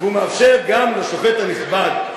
והוא מאפשר גם לשופט הנכבד,